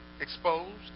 Exposed